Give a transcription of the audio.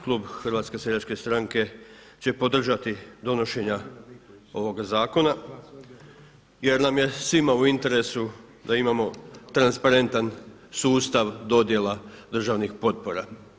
Klub Hrvatske seljačke stranke će podržati donošenje ovoga zakona jer nam je svima u interesu da imamo transparentan sustav dodjela državnih potpora.